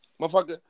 Motherfucker